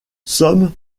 somme